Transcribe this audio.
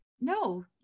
no